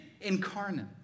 incarnate